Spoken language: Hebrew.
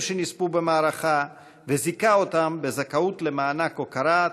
שנספו במערכה וזיכה אותם בזכאות למענק הוקרה,